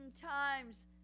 times